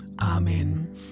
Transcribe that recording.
Amen